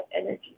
energy